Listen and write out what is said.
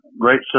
Great